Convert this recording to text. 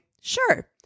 sure